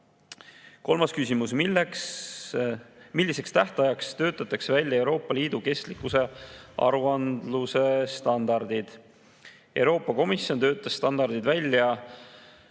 Kolmas küsimus: "Milliseks tähtajaks töötatakse välja Euroopa Liidu kestlikkuse aruandluse standardid (ESRS)?" Euroopa Komisjon töötas standardid välja